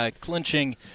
Clinching